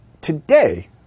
today